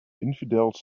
infidels